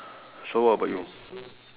so what about you